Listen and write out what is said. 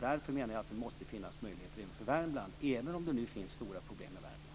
Därför menar jag att det måste finnas möjligheter även för Värmland, även om det nu finns stora problem i Värmland.